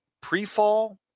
pre-fall